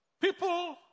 people